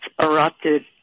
erupted